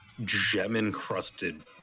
gem-encrusted